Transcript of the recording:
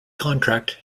contract